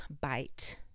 bite